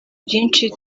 byinshi